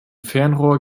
fernrohr